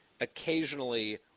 occasionally